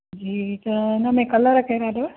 जी त हुन में कलर कहिड़ा अथव